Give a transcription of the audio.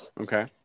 Okay